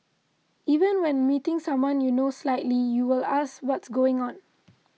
even when meeting someone you know slightly you would ask what's going on